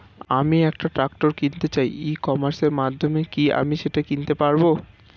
আমি একটা ট্রাক্টর কিনতে চাই ই কমার্সের মাধ্যমে কি আমি সেটা কিনতে পারব?